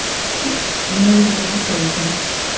six major deportations,